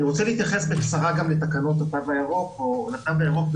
אני רוצה להתייחס בקצרה גם לתו הירוק ברשותכם.